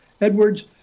Edwards